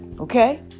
Okay